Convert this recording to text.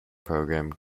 program